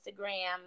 Instagram